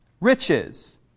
Riches